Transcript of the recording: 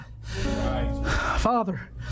Father